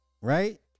Right